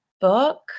book